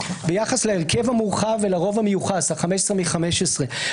ביחס להרכב המורחב ולרוב המיוחס 15 מ-15.